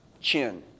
chin